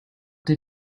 did